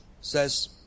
says